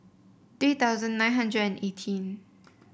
three thousand nine hundred and eighteen